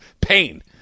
pain